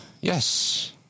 yes